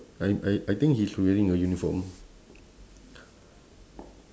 I I I think he's wearing a uniform